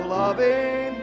loving